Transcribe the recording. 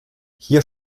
hier